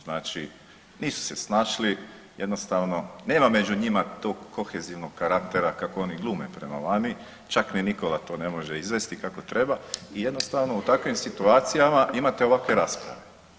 Znači, nisu se snašli, jednostavno, nema među njima tog kohezivnog karaktera kako oni glume prema vani, čak ni Nikola to ne može izvesti kako treba i jednostavno u takvim situacijama imate ovakve rasprave.